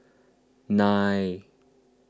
nine